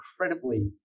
incredibly